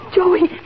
Joey